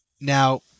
now